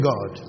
God